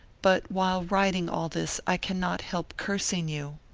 but while writing all this i can not help cursing you.